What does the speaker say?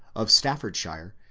of staffordshire,